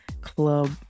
club